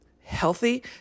healthy